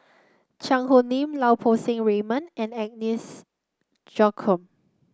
Cheang Hong Lim Lau Poo Seng Raymond and Agnes Joaquim